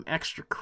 Extra